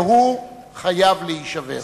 והוא חייב להישבר.